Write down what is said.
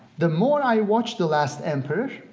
the more i watch the last emperor,